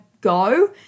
go